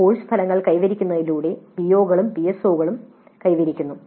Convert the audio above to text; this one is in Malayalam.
കോഴ്സ് ഫലങ്ങൾ കൈവരിക്കുന്നതിലൂടെ പിഒകളും പിഎസ്ഒകളും കൈവരിക്കുന്നു